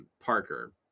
Parker